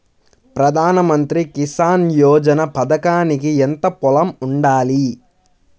ప్రధాన మంత్రి కిసాన్ యోజన పథకానికి ఎంత పొలం ఉండాలి?